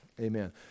amen